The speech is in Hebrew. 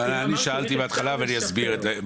אני שאלתי בהתחלה ואני אסביר.